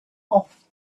off